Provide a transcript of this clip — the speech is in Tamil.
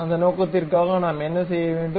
அந்த நோக்கத்திற்காக நாம் என்ன செய்ய வேண்டும்